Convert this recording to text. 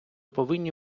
повинні